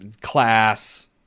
class